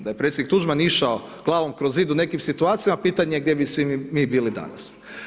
Da je predsjednik Tuđman išao glavom kroz zid u nekim situacijama, pitanje je gdje bi svi mi bili danas.